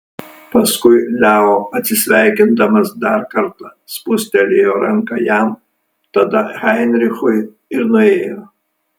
paskui leo atsisveikindamas dar kartą spustelėjo ranką jam tada heinrichui ir nuėjo